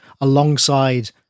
alongside